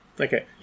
Okay